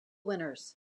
winners